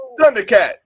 thundercat